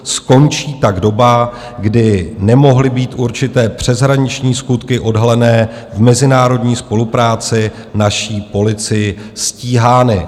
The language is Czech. Skončí tak doba, kdy nemohly být určité přeshraniční skutky, odhalené v mezinárodní spolupráci, naší policií stíhány.